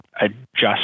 adjust